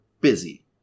busy